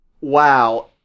wow